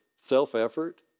self-effort